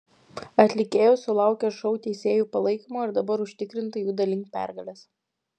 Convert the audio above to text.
atlikėjos sulaukė šou teisėjų palaikymo ir dabar užtikrintai juda link pergalės